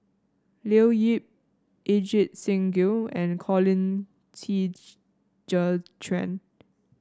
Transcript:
Leo Yip Ajit Singh Gill and Colin Qi Zhe Quan